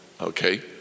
okay